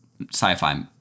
sci-fi